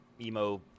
emo